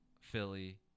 Philly